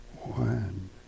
one